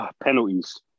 Penalties